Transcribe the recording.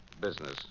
business